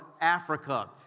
Africa